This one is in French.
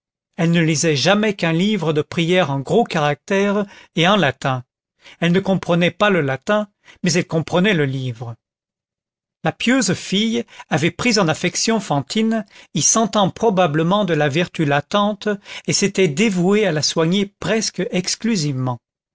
elle ne lisait jamais qu'un livre de prières en gros caractères et en latin elle ne comprenait pas le latin mais elle comprenait le livre la pieuse fille avait pris en affection fantine y sentant probablement de la vertu latente et s'était dévouée à la soigner presque exclusivement